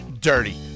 dirty